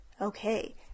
Okay